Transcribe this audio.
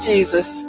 Jesus